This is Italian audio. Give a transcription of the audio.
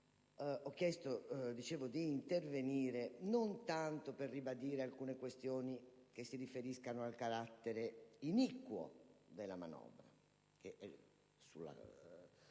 Ho chiesto di intervenire non tanto per ribadire alcune questioni che si riferiscono al carattere iniquo della manovra,